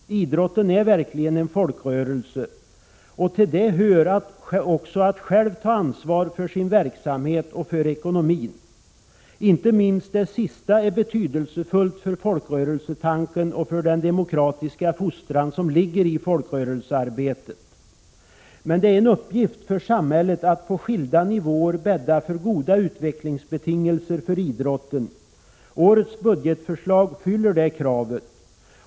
Idrotten är verkligen en folkrörelse. Till det hör också att själv ta ansvar för sin verksamhet och för ekonomin. Inte minst det sista är betydelsefullt för folkrörelsetanken och för den demokratiska fostran som ligger i folkrörelsearbetet. Det är en uppgift för samhället att på skilda nivåer bädda för goda utvecklingsbetingelser för idrotten. Årets budgetförslag fyller det kravet.